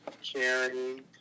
charity